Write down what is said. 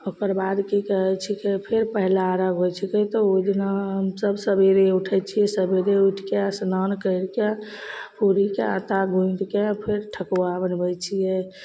ओकरबाद कि कहै छिकै फेर पहिला अरघ होइ छिकै तऽ ओहिदिना हमसभ सबेरे उठै छिए सबेरे उठिके अस्नान करिके पूड़ीके आटा गुइँथिके फेर ठकुआ बनबै छिए